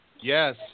Yes